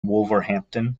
wolverhampton